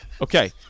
Okay